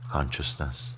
Consciousness